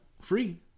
free